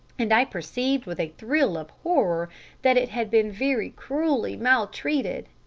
and i perceived with a thrill of horror that it had been very cruelly maltreated.